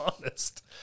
honest